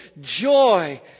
joy